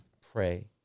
pray